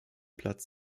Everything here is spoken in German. platz